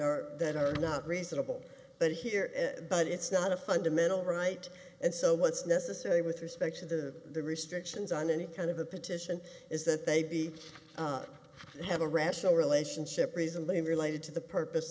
are that are not reasonable but here but it's not a fundamental right and so what's necessary with respect to the restrictions on any kind of a petition is that they be up and have a rational relationship reasonably related to the purpose